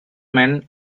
men